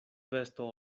vesto